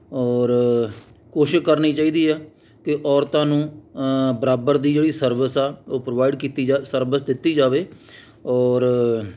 ਔਰ ਕੋਸ਼ਿਸ਼ ਕਰਨੀ ਚਾਹੀਦੀ ਹੈ ਕਿ ਔਰਤਾਂ ਨੂੰ ਬਰਾਬਰ ਦੀ ਜਿਹੜੀ ਸਰਵਿਸ ਆ ਉਹ ਪ੍ਰੋਵਾਈਡ ਕੀਤੀ ਜਾ ਸਰਵਿਸ ਦਿੱਤੀ ਜਾਵੇ ਔਰ